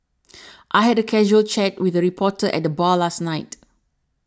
I had a casual chat with a reporter at the bar last night